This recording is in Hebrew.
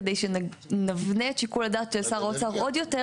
כדי שנבנה את שיקול הדעת של שר האוצר עוד יותר